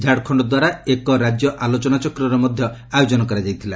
ଝାଡ଼ଖଣ୍ଡ ଦ୍ୱାରା ଏକ ରାଜ୍ୟ ଆଲୋଚନାଚକ୍ରର ମଧ୍ୟ ଆୟୋଜନ କରାଯାଇଥିଲା